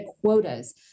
quotas